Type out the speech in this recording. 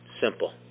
Simple